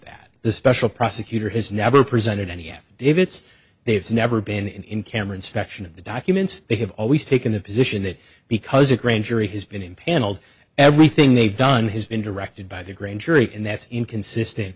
that the special prosecutor has never presented any at david's they've never been in cameron's faction of the documents they have always taken the position that because a grand jury has been impaneled everything they've done has been directed by the grand jury and that's inconsistent